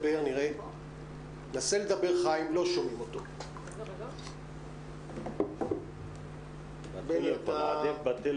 נשוחח איתו בטלפון.